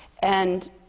and